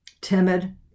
timid